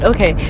Okay